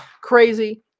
crazy